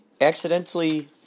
accidentally